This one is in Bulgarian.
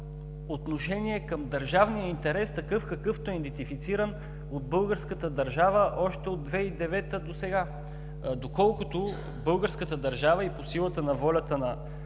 отношение към държавния интерес такъв, какъвто е идентифициран от българската държава още от 2009 г. досега. Доколкото българската държава, и по силата на волята на